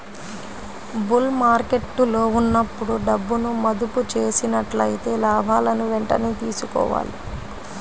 bull మార్కెట్టులో ఉన్నప్పుడు డబ్బును మదుపు చేసినట్లయితే లాభాలను వెంటనే తీసుకోవాలి